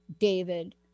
david